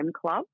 Club